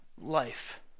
life